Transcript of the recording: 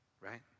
right